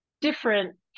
different